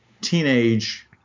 teenage